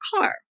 car